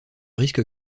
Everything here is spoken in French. risque